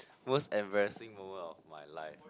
most embarrassing moment of my life